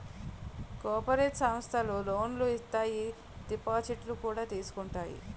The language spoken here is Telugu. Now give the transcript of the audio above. కోపరేటి సమస్థలు లోనులు ఇత్తాయి దిపాజిత్తులు కూడా తీసుకుంటాయి